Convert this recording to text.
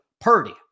Purdy